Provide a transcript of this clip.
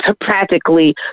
practically